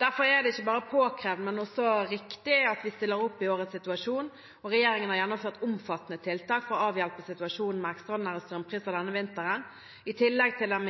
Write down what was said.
Derfor er det ikke bare påkrevd, men også riktig at vi stiller opp i årets situasjon. Regjeringen har gjennomført omfattende tiltak for å avhjelpe situasjonen med ekstraordinære strømpriser denne vinteren. I tillegg til den